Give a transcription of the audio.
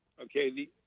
okay